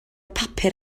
papur